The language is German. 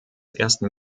ersten